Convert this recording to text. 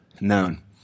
known